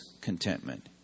contentment